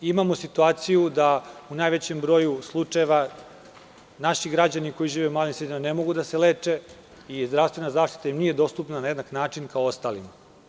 Imamo situaciju da u najvećem broju slučajeva naši građani koji žive u malim sredinama ne mogu da se leče i zdravstvena zaštita im nije dostupna na jednak način kao ostalima.